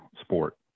sport